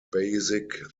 basic